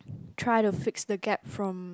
try to fix the gap from